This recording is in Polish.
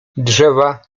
drzewa